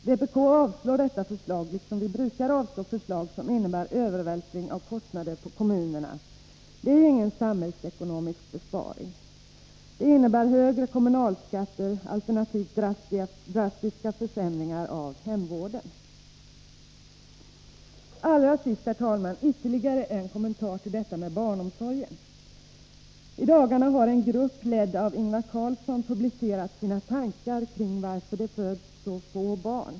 Vpk yrkar avslag på detta förslag, liksom vi brukar yrka avslag på förslag som innebär övervältring av kostnader på kommunerna. Förslaget innebär inte någon samhällsekonomisk besparing. Det innebär högre kommunalskatter eller, alternativt, drastiska försämringar av hemvården. Allra sist, herr talman, vill jag göra ytterligare en kommentar till frågan om barnomsorgen. I dagarna har en grupp, ledd av Ingvar Carlsson, publicerat sina tankar om varför det föds så få barn.